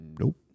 Nope